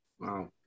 Wow